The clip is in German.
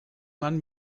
man